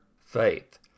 faith